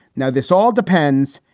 now, this all depends.